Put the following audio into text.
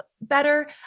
better